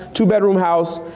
two bedroom house,